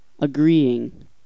Agreeing